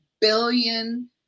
billion